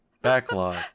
Backlog